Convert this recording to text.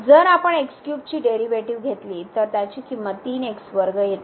जर आपण ची डेरीवेटीव घेतले तर त्याची किंमत येते